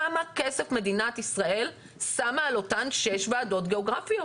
כמה כסף מדינת ישראל שמה על אותן שש ועדות גיאוגרפיות?